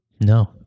No